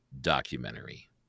documentary